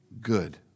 good